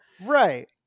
right